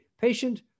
patient